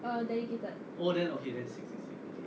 uh dedicated